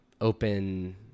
open